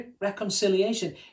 reconciliation